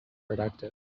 productive